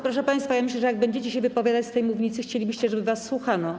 Proszę państwa, myślę, że jak będziecie się wypowiadać z tej mównicy, chcielibyście, żeby was słuchano.